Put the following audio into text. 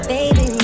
Baby